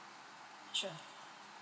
sure